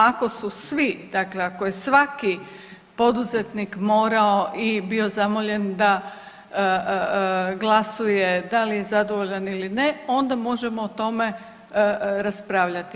Ako su svi dakle ako je svaki poduzetnik morao i bio zamoljen da glasuje, da li je zadovoljan ili ne onda možemo o tome raspravljati.